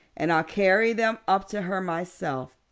and i'll carry them up to her myself.